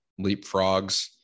leapfrogs